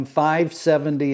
570